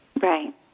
Right